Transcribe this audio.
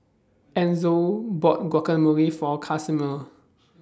Enzo bought Guacamole For Casimir